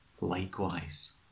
likewise